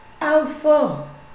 Alpha